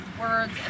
words